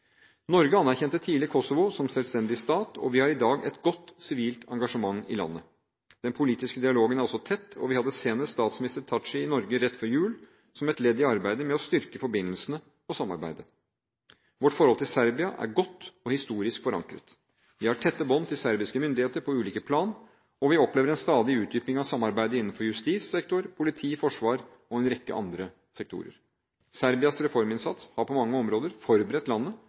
Norge anerkjente tidlig Kosovo som selvstendig stat, og vi har i dag et godt sivilt engasjement i landet. Den politiske dialogen er også tett, og vi hadde senest statsminister Thaci i Norge rett før jul som et ledd i arbeidet med å styrke forbindelsene og samarbeidet. Vårt forhold til Serbia er godt og historisk forankret. Vi har tette bånd til serbiske myndigheter på ulike plan, og vi opplever en stadig utdyping av samarbeidet innenfor justissektor, politi, forsvar og en rekke andre sektorer. Serbias reforminnsats har på mange områder forberedt landet